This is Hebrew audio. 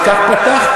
אבל כך פתחתי.